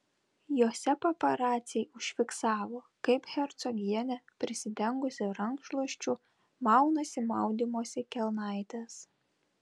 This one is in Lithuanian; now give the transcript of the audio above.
jose paparaciai užfiksavo kaip hercogienė prisidengusi rankšluosčiu maunasi maudymosi kelnaites